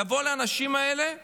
לבוא לאנשים האלה ולהגיד: